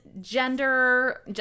gender